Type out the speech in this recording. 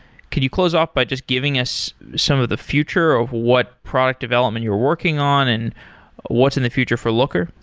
could you close off by just giving us some of the future of what product development you're working on and what's in the future for looker?